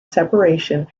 separation